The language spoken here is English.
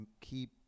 keep